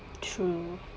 true